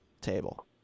table